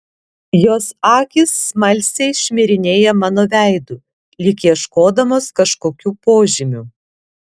jos akys smalsiai šmirinėja mano veidu lyg ieškodamos kažkokių požymių